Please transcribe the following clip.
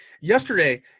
Yesterday